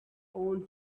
own